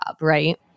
right